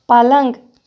پَلنٛگ